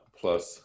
plus